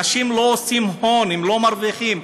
אנשים לא עושים הון, הם לא מרוויחים.